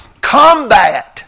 combat